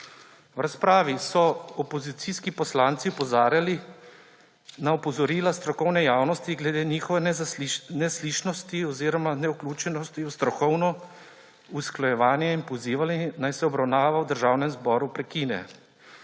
V razpravi so opozicijski poslanci opozarjali na opozorila strokovne javnosti glede njihove neslišnosti oziroma nevključenosti v strokovno usklajevanje in pozivali, naj se obravnava v Državnem zboru prekine.